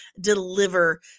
deliver